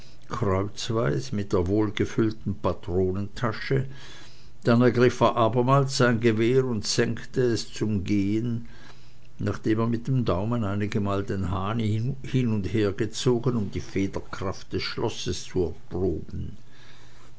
kreuzweis mit der wohlgefüllten patrontasche dann ergriff er abermals sein gewehr und senkte es zum gehen nachdem er mit dem daumen einige male den hahn hin und her gezogen um die federkraft des schlosses zu erproben